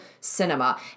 Cinema